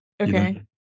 Okay